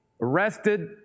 arrested